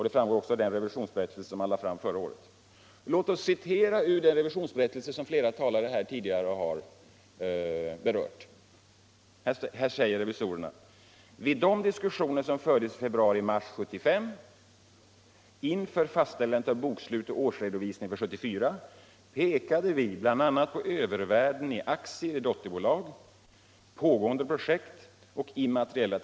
Det framgår också av den revisionsberättelse som man lade fram förra året.